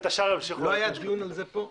לא היה כאן דיון על כך?